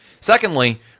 Secondly